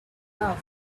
laughed